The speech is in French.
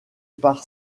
par